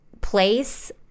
place